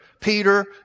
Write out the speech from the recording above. Peter